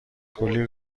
کلی